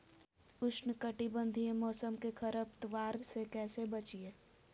उष्णकटिबंधीय मौसम में खरपतवार से कैसे बचिये?